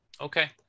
Okay